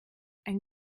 ein